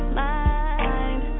mind